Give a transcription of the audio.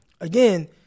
again